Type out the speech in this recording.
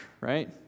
right